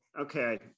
Okay